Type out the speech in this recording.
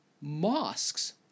mosques